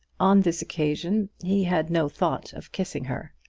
on this occasion he had no thought of kissing her.